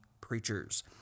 preachers